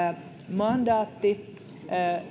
mandaatti